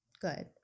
good